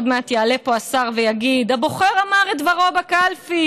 עוד מעט יעלה פה השר ויגיד: הבוחר אמר את דברו בקלפי,